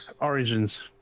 Origins